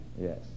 Yes